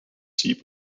sea